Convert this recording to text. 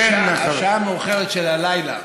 חבר'ה, זו השעה המאוחרת של הלילה.